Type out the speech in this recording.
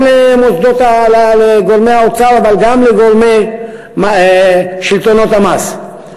גם לגורמי האוצר אבל גם לשלטונות המס,